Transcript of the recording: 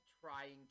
trying